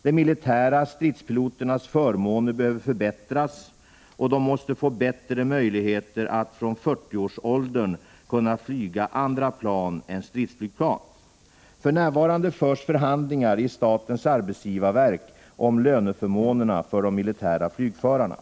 De militära stridspiloternas förmåner behöver förbättras, ch de ZH måste få bättre möjligheter att från 40-årsåldern kunna flyga andra plan än Om anställning av pilostridsflygplan. För närvarande förs förhandlingar i statens arbetsgivarverk =!” från flygvapnet vid om löneförmåner för de militära flygförarna.